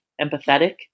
empathetic